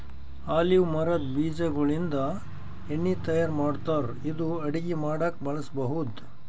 olive ಮರದ್ ಬೀಜಾಗೋಳಿಂದ ಎಣ್ಣಿ ತಯಾರ್ ಮಾಡ್ತಾರ್ ಇದು ಅಡಗಿ ಮಾಡಕ್ಕ್ ಬಳಸ್ಬಹುದ್